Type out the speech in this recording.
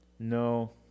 No